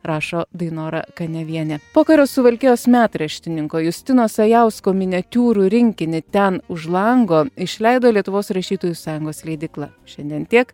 rašo dainora kaniavienė pokario suvalkijos metraštininko justino sajausko miniatiūrų rinkinį ten už lango išleido lietuvos rašytojų sąjungos leidykla šiandien tiek